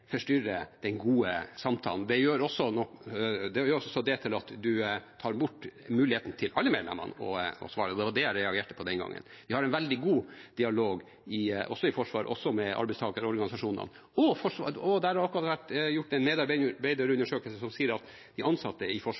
gjør også at en tar bort muligheten til alle medlemmene til å svare. Det var det jeg reagerte på den gangen. Vi har en veldig god dialog i Forsvaret, også med arbeidstakerorganisasjonene. Det er akkurat gjort en medarbeiderundersøkelse som sier at de ansatte i